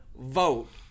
vote